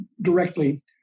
directly